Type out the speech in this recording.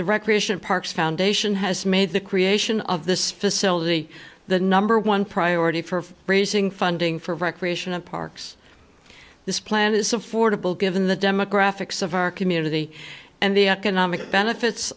the recreation parks foundation has made the creation of this facility the number one priority for raising funding for recreation and parks this plan is affordable given the demographics of our community and the economic benefits